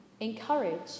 encourage